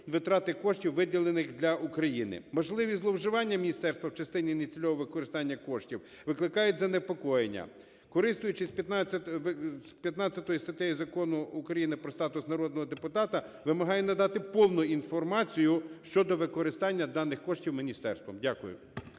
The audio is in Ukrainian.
витрати коштів, виділених для України. Можливі зловживання міністерства в частині нецільового використання коштів викликають занепокоєння. Користуючись 15 статтею Закону України про статус народного депутата, вимагаю надати повну інформацію щодо використання даних коштів міністерством. Дякую.